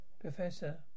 Professor